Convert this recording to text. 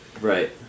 Right